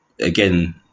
again